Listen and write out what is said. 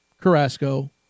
Carrasco